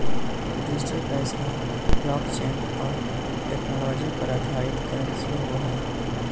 digital पैसा blockchain और technology पर आधारित करंसी होवो हइ